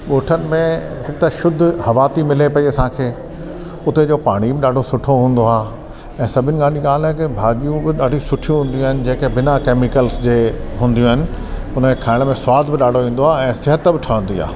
ॻोठनि में हिकु शुद्ध हवा थी मिले पई असांखे उते जो पाणी बि ॾाढो सुठो हूंदो आहे ऐं सभिनि खां वॾी ॻाल्हि आहे भाॼियूं बि ॾाढियूं सुठियूं हूंदियूं आहिनि जेके बिना केमिकल्स जे हूंदियूं आहिनि उन खे खाइण में स्वादु बि ॾाढो इंदो आहे ऐं सिहत बि ठहंदी आहे